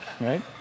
Right